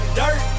dirt